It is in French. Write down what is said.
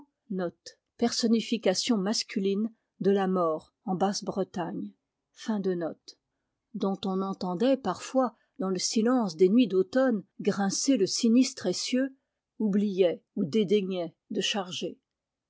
dont on entendait parfois dans le silence des nuits d'automne grincer le sinistre essieu oubliait ou dédaignait de charger